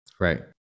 Right